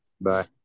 Bye